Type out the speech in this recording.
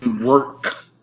work